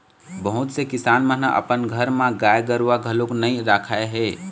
बहुत से किसान मन अपन घर म गाय गरूवा घलोक नइ राखत हे